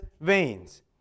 veins